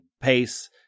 pace